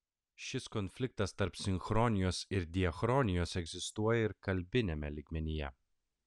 šis konfliktas tarp sinchronijos ir diachronijos egzistuoja ir kalbiniame lygmenyje